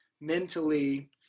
mentally